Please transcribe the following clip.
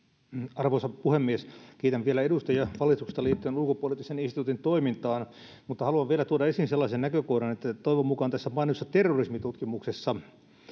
arvoisa puhemies kiitän vielä edustajia valistuksesta liittyen ulkopoliittisen instituutin toimintaan mutta haluan tuoda esiin sellaisen näkökohdan että toivon mukaan tässä mainitussa terrorismitutkimuksessa